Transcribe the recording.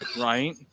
right